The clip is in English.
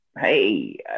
hey